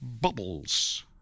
bubbles